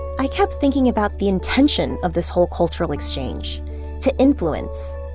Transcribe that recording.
i kept thinking about the intention of this whole cultural exchange to influence,